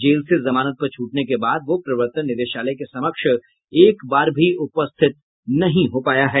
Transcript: jail से जमानत पर छूटने के बाद वह प्रवर्तन निदेशालय के समक्ष एक बार भी उपस्थित नहीं हो पाया है